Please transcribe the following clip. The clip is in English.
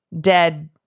dead